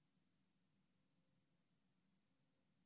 ההצבעה